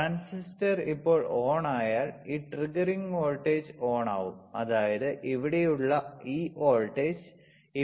transistor ഇപ്പോൾ on ആയാൽ ഈ ട്രിഗറിംഗ് വോൾട്ടേജ് on ആവും അതായത് ഇവിടെയുള്ള ഈ വോൾട്ടേജ് ഇപ്പോഴും വർദ്ധിക്കുകയാണെങ്കിൽ കുറച്ച് സമയത്തിന് ശേഷം അത് ഓണാകും അത് V peakലെത്തും